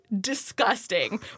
disgusting